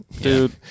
Dude